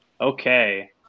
Okay